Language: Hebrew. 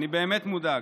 אני באמת מודאג.